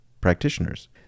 practitioners